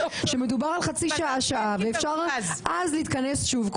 שמדובר על חצי שעה-שעה ואפשר אז להתכנס שוב.